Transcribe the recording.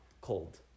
cold